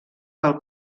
pel